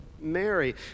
Mary